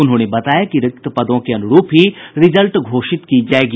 उन्होंने बताया कि रिक्त पदों के अनुरूप ही रिजल्ट घोषित किया जाएगा